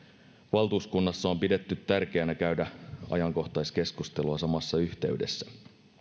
valtuuskunnassa on pidetty tärkeänä käydä ajankohtaiskeskustelua samassa yhteydessä